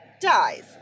dies